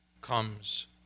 comes